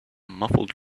muffled